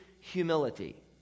humility